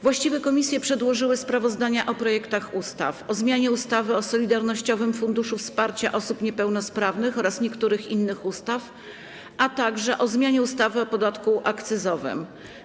Właściwe komisje przedłożyły sprawozdania o projektach ustaw: - o zmianie ustawy o Solidarnościowym Funduszu Wsparcia Osób Niepełnosprawnych oraz niektórych innych ustaw, - o zmianie ustawy o podatku akcyzowym.